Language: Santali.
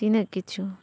ᱛᱤᱱᱟᱹᱜ ᱠᱤᱪᱷᱩ